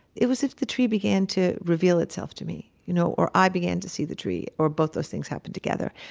it was as if the tree began to reveal itself to me. you know or i began to see the tree or both those things happened together.